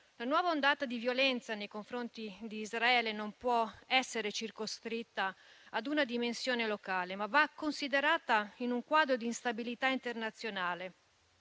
la nuova ondata di violenza nei confronti di Israele non può essere circoscritta ad una dimensione locale, ma va considerata in un quadro di instabilità internazionale